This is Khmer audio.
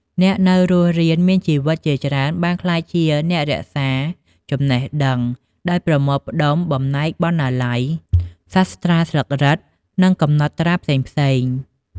អ្នកនៅរស់រានមានជីវិតជាច្រើនបានក្លាយជា អ្នករក្សាចំណេះដឹង ដោយប្រមូលផ្ដុំបំណែកបណ្ណាល័យ សាស្ត្រាស្លឹករឹត និងកំណត់ត្រាផ្សេងៗ។